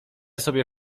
sobie